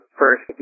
first